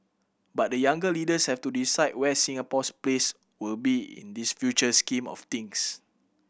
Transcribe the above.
but the younger leaders have to decide where Singapore's place will be in this future scheme of things